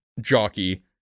jockey